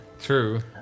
true